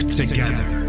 together